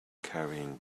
carrying